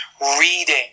reading